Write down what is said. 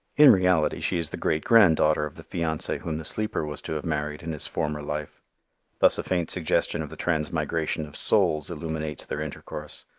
in reality she is the great-granddaughter of the fiancee whom the sleeper was to have married in his former life thus a faint suggestion of the transmigration of souls illuminates their intercourse.